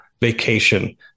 vacation